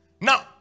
Now